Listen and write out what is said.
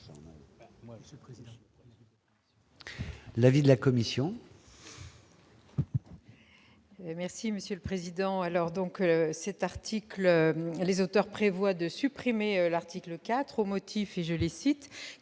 l'avis de la commission